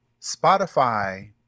Spotify